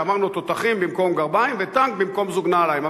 אמרנו: "תותחים במקום גרביים" ו"טנק במקום זוג נעליים".